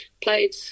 played